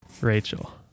Rachel